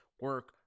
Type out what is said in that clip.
Work